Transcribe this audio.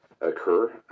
occur